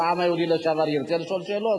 כיושב-ראש העם היהודי לשעבר ירצה לשאול שאלות,